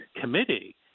committee